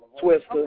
Twister